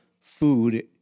food